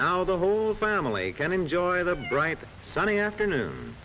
now the whole family can enjoy the bright sunny afternoon